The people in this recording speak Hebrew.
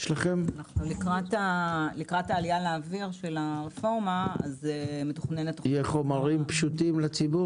לקראת העלייה לאוויר של הרפורמה יהיו חומרים פשוטים לציבור.